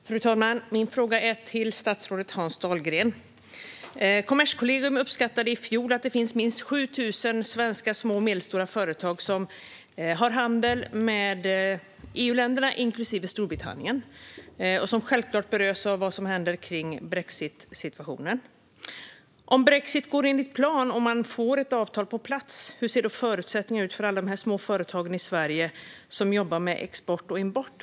Fru talman! Min fråga går till statsrådet Hans Dahlgren. Kommerskollegium uppskattade i fjol att det finns minst 7 000 svenska små och medelstora företag som bedriver handel med EU-länderna, inklusive Storbritannien. De berörs självklart av det som händer kring brexitsituationen. Om brexit går enligt plan och man får ett avtal på plats - hur ser då förutsättningarna ut för alla de små företag i Sverige som jobbar med export och import?